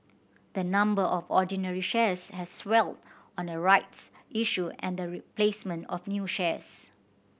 the number of ordinary shares has swelled on a rights issue and the placement of new shares